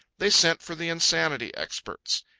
they sent for the insanity experts.